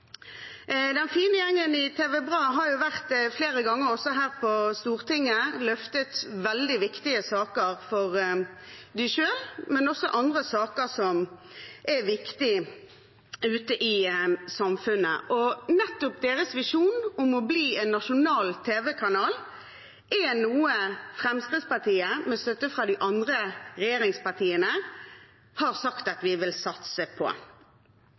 Den fine gjengen i TV BRA har vært flere ganger her på Stortinget og løftet veldig viktige saker for dem selv, men også andre saker som er viktige ute i samfunnet. Nettopp deres visjon om å bli en nasjonal tv-kanal er noe Fremskrittspartiet, med støtte fra regjeringspartiene, har sagt at vi vil satse på.